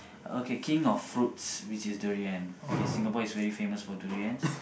okay king of fruits which is durian okay Singapore is very famous for durians